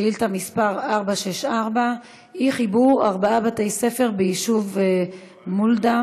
שאילתה מס' 464: אי-חיבור ארבעה בתי-ספר ביישוב מולדה